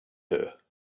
her